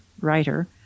writer